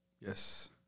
Yes